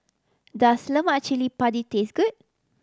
does lemak cili padi taste good